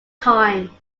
time